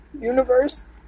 universe